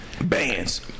bands